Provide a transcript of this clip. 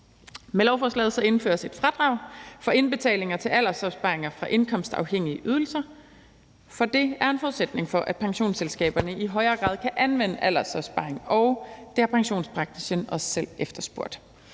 Med lovforslaget indføres et fradrag for indbetalinger til aldersopsparinger fra indkomstafhængige ydelser, for det er en forudsætning for, at pensionsselskaberne i højere grad kan anvende aldersopsparinger, og det har pensionsbranchen også selv efterspurgt.